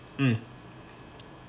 mm